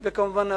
וכמובן,